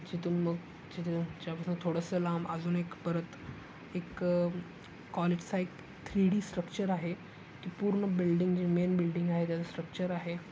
जिथून मग जिथंजाऊन च्यापासून थोडंसं लांब अजून एक परत एक कॉलेजचा एक थ्री डी स्ट्रक्चर आहे की पूर्ण बिल्डिंग जे मेन बिल्डिंग आहे त्याचं स्ट्रक्चर आहे